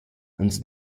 ans